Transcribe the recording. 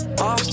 Off